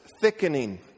thickening